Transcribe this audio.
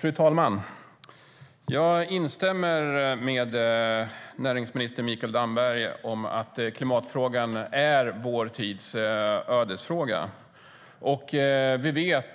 Fru talman! Jag instämmer med näringsminister Mikael Damberg i att klimatfrågan är vår tids ödesfråga. Vi vet